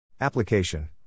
Application